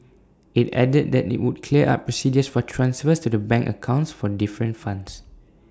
IT added that IT would clear up procedures for transfers to the bank accounts for different funds